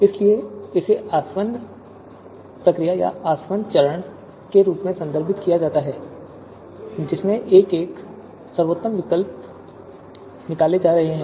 इसलिए इसे आसवन प्रक्रिया या आसवन चरण के रूप में संदर्भित किया जाता है जिसमें एक एक करके सर्वोत्तम विकल्प निकाले जा रहे हैं